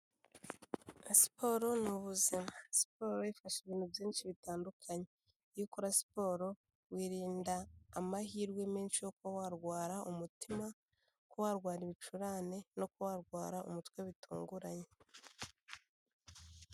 Siporo ni ubuzima, siporo ifasha ibintu byinshi bitandukanye, iyo ukora siporo wirinda amahirwe menshi yo kuba warwara umutima , kuba warwara ibicurane no kuba warwara umutwe bitunguranye.